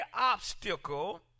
obstacle